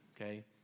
okay